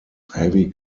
heavy